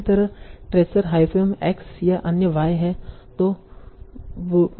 इसी तरह ट्रेसर हायपोंयम x या अन्य y है